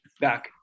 back